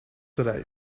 today